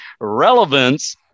Relevance